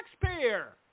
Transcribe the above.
taxpayer